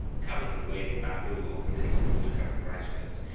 covered with waving bamboo or with little water-covered rice-fields.